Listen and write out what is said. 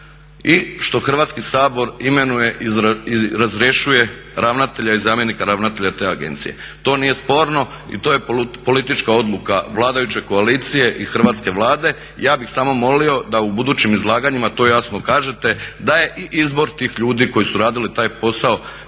i što Hrvatski sabor imenuje i razrješuje ravnatelja i zamjenika ravnatelja te agencije. To nije sporno i to je politička odluka vladajuće koalicije i hrvatske Vlade. Ja bih samo molio da u budućim izlaganjima to jasno kažete da je i izbor tih ljudi koji su radili taj posao